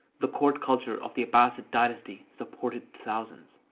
the court culture of the abbasid dynasty supported thousands.